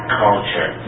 culture